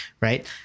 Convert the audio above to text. right